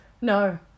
No